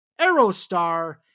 Aerostar